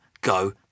go